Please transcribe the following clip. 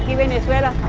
yeah venezuela